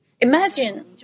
Imagine